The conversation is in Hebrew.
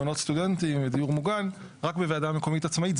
מעונות סטודנטים ודיור מוגן רק בוועדה מקומית עצמאית.